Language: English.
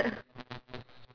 ya